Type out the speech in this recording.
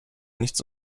nichts